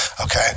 okay